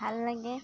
ভাল লাগে